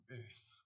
earth